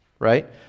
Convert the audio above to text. Right